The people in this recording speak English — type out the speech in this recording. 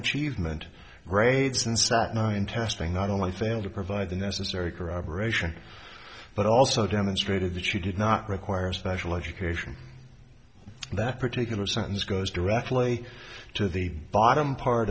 achievement grades and sat nine testing not only failed to provide the necessary corroboration but also demonstrated that she did not require special education and that particular sentence goes directly to the bottom part